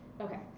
Okay